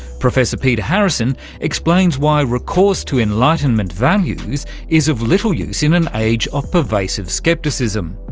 professor peter harrison explains why recourse to enlightenment values is of little use in an age of pervasive scepticism,